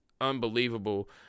unbelievable